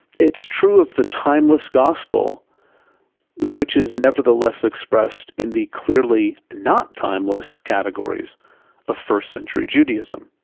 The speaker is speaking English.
it's true of the timeless gospel which is nevertheless expressed in the clearly not timeless categories of first century judaism.